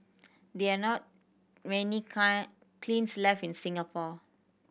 there are not many kilns left in Singapore